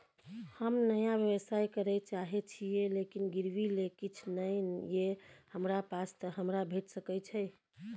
हम नया व्यवसाय करै चाहे छिये लेकिन गिरवी ले किछ नय ये हमरा पास त हमरा भेट सकै छै?